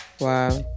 Wow